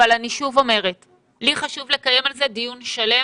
אבל אני שוב אומרת כהצעה לסדר שחשוב לי לקיים על זה דיון שלם